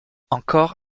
encore